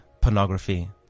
pornography